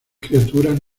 criaturas